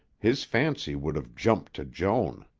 his fancy would have jumped to joan.